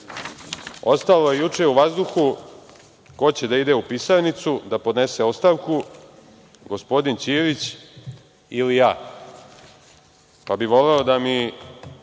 snagu. Ostalo je juče u vazduhu ko će da ide u pisarnicu da podnese ostavku, gospodin Ćirić ili ja, pa bih voleo da mi,